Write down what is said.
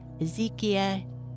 Ezekiel